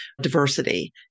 diversity